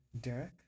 Derek